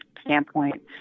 standpoint